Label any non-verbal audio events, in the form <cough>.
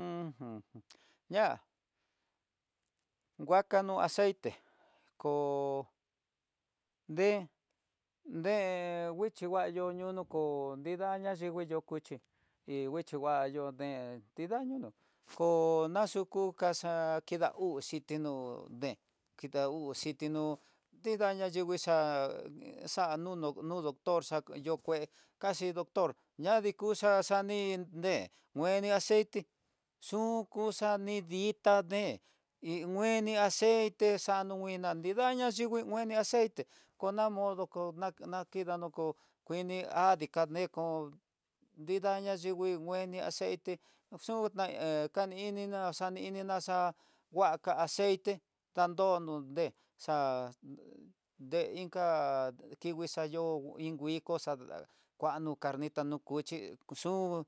Uj <hesitation> ña nguakano aceite, kode nde nguixhi ngua yo ñoño kó nrida ña nrivii yo cuchi, hí nguixhi ngua ñoo dee, tidaño kó nayuku kaxa kida huti ñoo deen kidauti xhitiño nrida ña yingui xa nunu no doctor xa yo kué kaxa doctor ña dikuxa ani deen ngueni aceite, yuku xani ditá deen y ngueni aceite xanguina nrid na yingui aceite ko ña modo kó kuiá de kandejó, nrida ya yingui meni aceite xuta naxani ininá xa'á nguaka aceite tandodo dé, xa'á de inka ki ngui xa yó den iko xa kuano carnita no cuchi xun